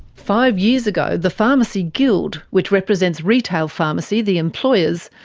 five years ago the pharmacy guild, which represents retail pharmacy, the employers,